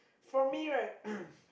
for me right